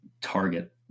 target